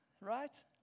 Right